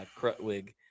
crutwig